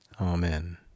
amen